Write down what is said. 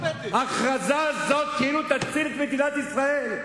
ההכרזה הזאת כאילו תציל את מדינת ישראל,